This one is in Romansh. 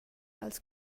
als